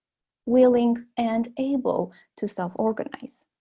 willing and able to self-organize